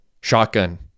Shotgun